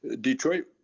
Detroit